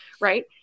Right